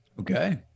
Okay